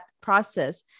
process